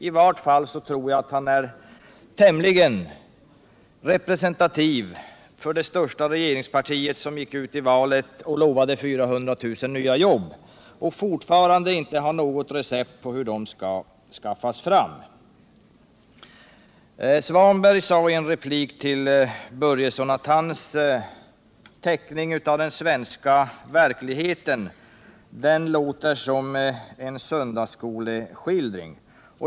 I vart fall tror jag att han är tämligen representativ för det största regeringspartiet, som gick ut i valet och lovade 400 000 nya jobb men fortfarande inte har något recept på hur de skall skaffas fram. Ingvar Svanberg sade i en replik till Fritz Börjesson att hans teckning av den svenska verkligheten låter som en söndagsskoleskildring.